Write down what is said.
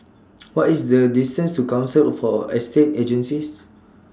What IS The distance to Council For Estate Agencies